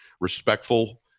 respectful